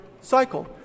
cycle